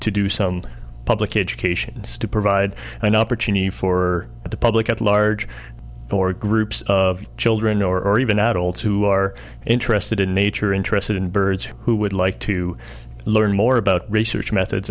to do some public education to provide an opportunity for the public at large or groups of children or even adults who are interested in nature interested in birds who would like to learn more about research methods